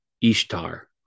Ishtar